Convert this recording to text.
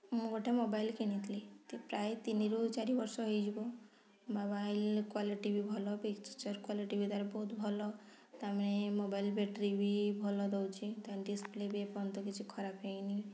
ମୁଁ ଗୋଟେ ମୋବାଇଲ୍ କିଣିଥିଲି ପ୍ରାୟ ତିନିରୁ ଚାରି ବର୍ଷ ହେଇଯିବ ମୋବାଇଲ୍ କ୍ଵାଲିଟି ବି ଭଲ ପିକଚର୍ କ୍ୱାଲିଟି ବି ତା'ର ବହୁତ ଭଲ ତା'ପରେ ଏଇ ମୋବାଇଲ୍ ବ୍ୟାଟେରୀ ବି ଭଲ ଦେଉଛି ତାର ଡିସପ୍ଲେ ବି ଏ ପର୍ଯ୍ୟନ୍ତ କିଛି ଖରାପ ହେଇନି